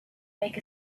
make